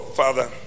father